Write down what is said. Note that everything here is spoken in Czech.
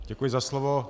Děkuji za slovo.